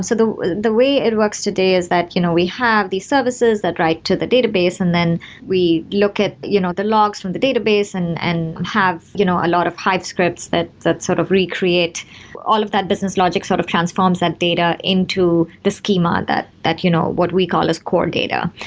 so the the way it works today is that you know we have these services that write to the database and then we look at you know the logs from the database and and have you know a lot of hive scripts that that sort of recreate all of that business logic sort of transforms that data into the schema that that you know what we call is core data.